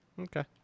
Okay